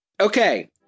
Okay